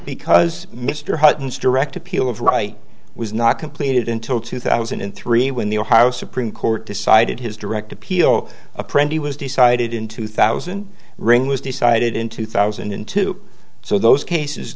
because mr hutton's direct appeal of wright was not completed until two thousand and three when the ohio supreme court decided his direct appeal a print he was decided in two thousand ring was decided in two thousand and two so those cases